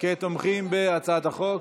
כתומכים בהצעת החוק,